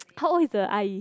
how old is the 阿姨:Ah Yi